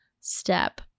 step